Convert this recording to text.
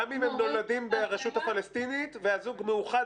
גם אם הם נולדים ברשות הפלסטינית והזוג מאוחד